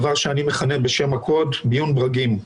דבר שאני מכנה בשם הקוד "מיון ברגים".